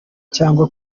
cyangwa